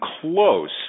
close